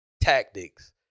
tactics